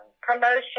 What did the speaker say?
promotion